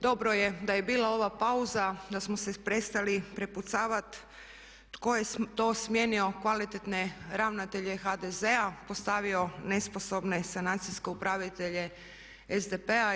Dobro je da je bila ova pauza, da smo se prestali prepucavati tko je to smijenio kvalitetne ravnatelje HDZ-a, postavio nesposobne sanacijske upravitelje SDP-a.